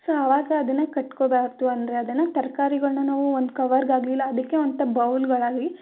so ಅವಾಗ ಅದನ್ನು ಕಟ್ಕೊಳ್ಬಾರ್ದು ಅಂದರೆ ಅದನ್ನು ತರಕಾರಿಗಳ್ನ ನಾವು ಒಂದು ಕವರ್ಗಾಗಲಿ ಇಲ್ಲ ಅದಕ್ಕೆ ಅಂತ ಬೌಲ್ಗಳಾಗಲಿ